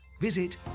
Visit